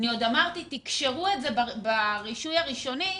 אמרתי תקשרו את זה ברישוי הראשוני,